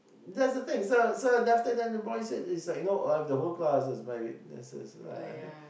that's the thing so so then after then the boy said it's like you know oh I have the whole class as my witnesses lah you know